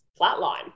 flatline